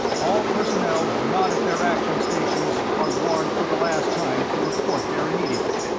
all personnel not at their action stations are warned for the last time to report there immediately.